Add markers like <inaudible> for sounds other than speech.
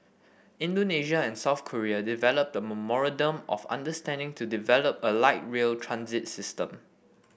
Indonesia and South Korea developed a <unintelligible> of understanding to develop a light rail transit system